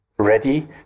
ready